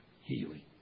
healing